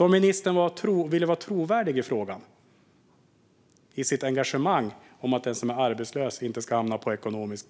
Om ministern vill vara trovärdig i frågan och i sitt engagemang för att den som är arbetslös inte ekonomiskt ska hamna på